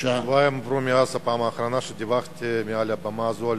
שבועיים עברו מאז הפעם האחרונה שדיברתי מעל הבמה הזאת על